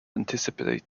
anticipate